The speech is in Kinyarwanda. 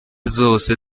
zose